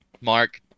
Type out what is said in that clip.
Mark